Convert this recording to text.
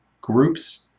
groups